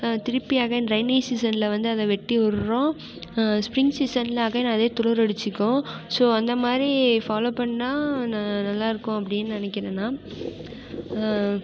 திருப்பி again rainy சீசனில் வந்து அதை வெட்டி விடுறோம் ஸ்ப்ரிங் சீசனில் அகைன் அதே துளிரடித்துக்கும் ஸோ அந்தமாதிரி ஃபாலோ பண்ணால் நா நல்லா இருக்கும் அப்படினு நினைக்கிறேன் நான்